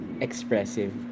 expressive